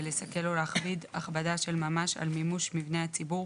לסכל או להכביד הכבדה של ממש על מימוש מבני הציבור